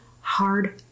hard